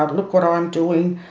ah look what um i'm doing,